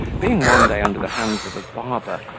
being one day under the hands of a barber,